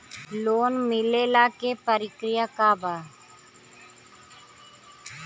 Loan मिलेला के प्रक्रिया का बा?